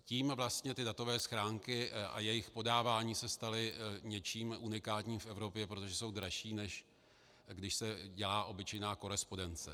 Tím vlastně datové schránky a jejich podávání se staly něčím unikátním v Evropě, protože jsou dražší, než když se dělá obyčejná korespondence.